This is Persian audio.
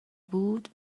بود